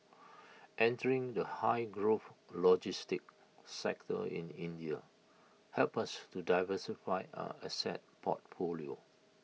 entering the high growth logistics sector in India helps us to diversify our asset portfolio